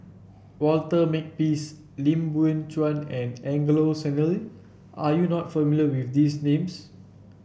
Walter Makepeace Lim Biow Chuan and Angelo Sanelli are you not familiar with these names